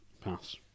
pass